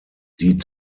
die